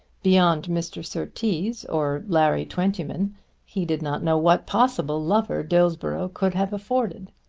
beyond mr. surtees or larry twentyman he did not know what possible lover dillsborough could have afforded.